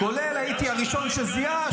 כולל זה שהייתי הראשון שזיהה,